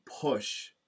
push